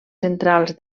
centrals